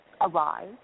Arise